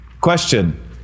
Question